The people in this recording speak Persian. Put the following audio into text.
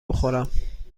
بخورم